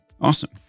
Awesome